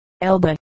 Elba